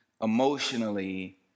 emotionally